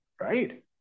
right